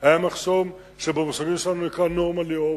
היה מחסום שבמושגים שלנו נקרא "normally open",